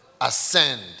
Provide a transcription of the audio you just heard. ascend